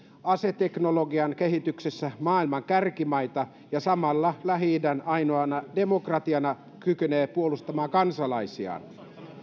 aseteknologian kehityksessä maailman kärkimaita ja samalla se lähi idän ainoana demokratiana kykenee puolustamaan kansalaisiaan